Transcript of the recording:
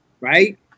Right